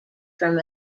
from